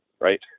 right